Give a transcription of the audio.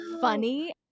funny